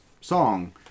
song